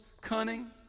cunning